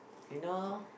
you know